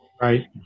Right